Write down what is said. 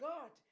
God